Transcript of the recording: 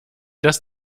das